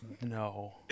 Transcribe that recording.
No